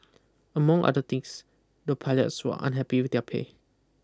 among other things the pilots were unhappy with their pay